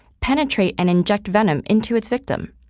penetrate and inject venom into its victim.